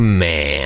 man